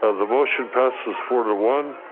ah the motion passes four to one.